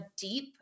deep